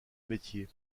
métier